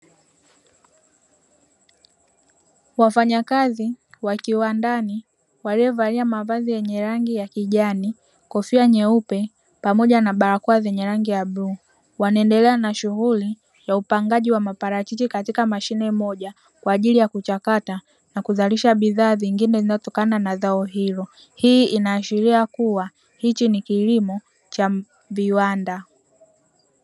Wafanyakazi wa kiwandani waliovalia mavazi yenye rangi ya kijani, kofia nyeupe pamoja na barakoa zenye rangi ya bluu. Wanaendelea na shughuli ya upangaji wa maparachichi katika mashine moja, kwa ajili ya kuchakata na kuzalisha bidhaa nyingine zinazotokana na zao hilo. Hii inaashiria kuwa hiki ni kilimo cha viwanda.